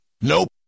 nope